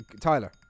Tyler